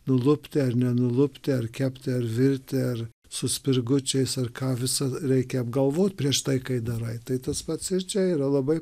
nulupti ar nenulupti ar kepti ar virti ar su spirgučiais ar ką visad reikia apgalvot prieš tai kai darai tai tas pats čia yra labai